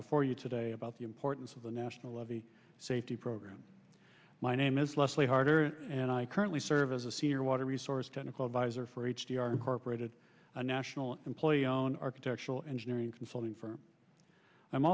before you today about the importance of a national of the safety program my name is leslie harder and i currently serve as a senior water resource technical adviser for h d r incorporated a national employee own architectural engineering consulting firm i'm